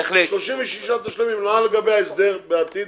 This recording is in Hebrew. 36 תשלומים, לא על גבי ההסדר בעתיד,